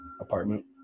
apartment